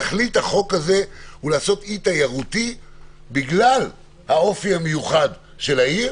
שתכלית החוק הזה היא לעשות אי תיירותי בגלל האופי המיוחד של העיר